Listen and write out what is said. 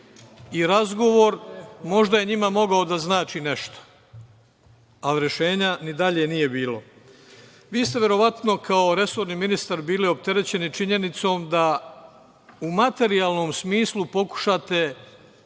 i razgovor, možda je njima mogao da znači nešto, ali rešenja ni dalje nije bilo. Vi ste verovatno kao resorni ministar bili opterećeni činjenicom da u materijalnom smislu pokušate